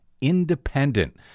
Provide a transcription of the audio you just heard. independent